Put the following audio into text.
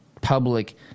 public –